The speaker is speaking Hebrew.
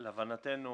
להבנתנו,